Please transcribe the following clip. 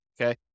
okay